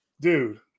dude